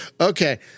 okay